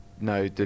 No